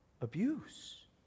Abuse